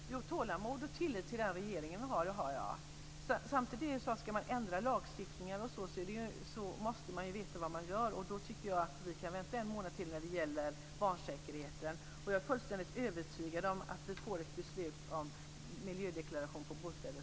Herr talman! Jo, tålamod och även tillit till den här regeringen har jag. Men samtidigt är det så att ska man ändra lagstiftningen måste man veta vad man gör. Då tycker jag att vi kan vänta en månad till när det gäller barnsäkerheten. Jag är fullständigt övertygad om att vi snart får en miljödeklaration på bostäder.